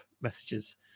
messages